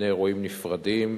שני אירועים נפרדים,